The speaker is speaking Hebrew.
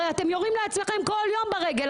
הרי אתם יורים לעצמכם כל יום ברגל.